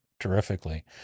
Terrifically